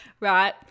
right